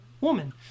woman